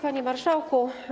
Panie Marszałku!